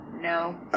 No